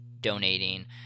donating